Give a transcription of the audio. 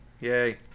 Yay